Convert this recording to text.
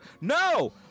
No